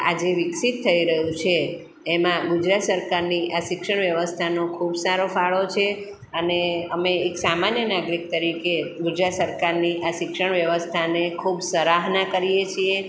આજે વિકસીત થઈ રહ્યું છે એમાં ગુજરાત સરકારની આ શિક્ષણ વ્યવસ્થાનો ખૂબ સારો ફાળો છે અને અમે એક સામાન્ય નાગરિક તરીકે ગુજરાત સરકારની આ શિક્ષણ વ્યવસ્થાને ખૂબ સરાહના કરીયે છીએ